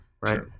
right